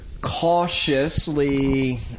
cautiously